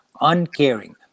uncaring